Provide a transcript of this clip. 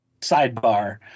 sidebar